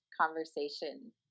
conversation